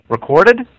recorded